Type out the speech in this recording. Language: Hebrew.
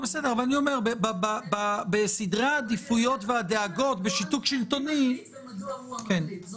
בסדרי העדיפויות והדאגות, משיתוק שלטוני אני